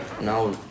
now